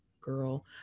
girl